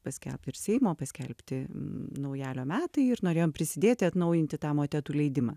paskelbti ir seimo paskelbti naujalio metai ir norėjom prisidėti atnaujinti tą motetų leidimą